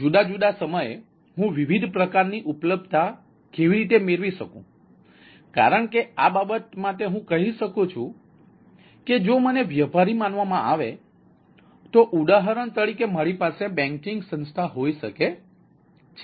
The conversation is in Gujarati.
જુદા જુદા સમયે હું વિવિધ પ્રકારની ઉપલબ્ધતા કેવી રીતે મેળવી શકું કારણ કે આ બાબત માટે હું કહી શકું છું કે જો મને વ્યાપારી માનવામાં આવે તો ઉદાહરણ તરીકે મારી પાસે બેંકિંગ સંસ્થા હોઈ શકે છે